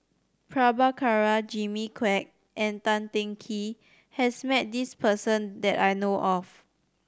Prabhakara Jimmy Quek and Tan Teng Kee has met this person that I know of